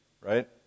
right